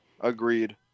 agreed